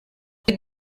dore